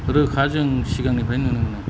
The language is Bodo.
रोखा जों सिगांनिफ्रायनो नुनो मोनो